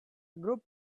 group